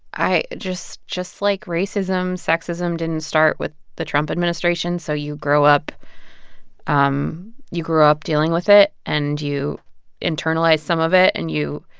i just just like racism, sexism didn't start with the trump administration. so you grow up um you grew up dealing with it. and you internalize some of it. and you,